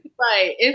Right